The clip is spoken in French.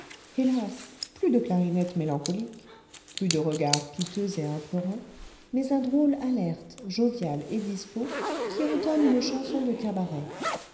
hélas plus de clarinette mélancolique plus de regard piteux et implorant mais un drôle alerte jovial et dispos qui entonne une chanson de cabaret